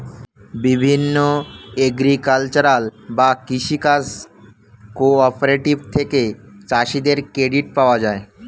বিভিন্ন এগ্রিকালচারাল বা কৃষি কাজ কোঅপারেটিভ থেকে চাষীদের ক্রেডিট পাওয়া যায়